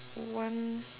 one